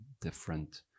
different